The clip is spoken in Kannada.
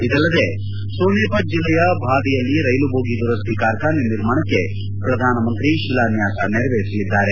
ಇದಲ್ಲದೆ ಸೋನೆಪತ್ ಜಿಲ್ಲೆಯ ಬಾಧಿಯಲ್ಲಿ ರೈಲು ಬೋಗಿ ದುರಸ್ತಿ ಕಾರ್ಖಾನೆ ನಿರ್ಮಾಣಕ್ಕೆ ಪ್ರಧಾನಮಂತ್ರಿ ಶಿಲಾನ್ಲಾಸ ನೆರವೇರಿಸಲಿದ್ದಾರೆ